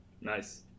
Nice